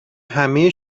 همه